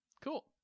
cool